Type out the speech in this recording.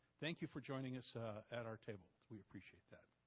thank you for joining us ah at our table. we appreciate that.